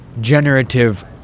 generative